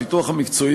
הפיתוח המקצועי,